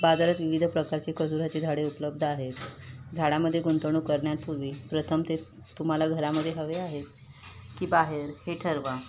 बाजारात विविध प्रकारचे खजुराचे झाडे उपलब्ध आहेत झाडामध्ये गुंतवणूक करण्यात पूर्वी प्रथम ते तुम्हाला घरामध्ये हवे आहेत की बाहेर हे ठरवा